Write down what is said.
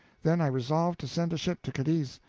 then i resolved to send a ship to cadiz.